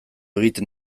egiten